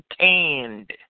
tanned